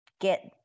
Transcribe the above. get